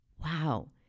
Wow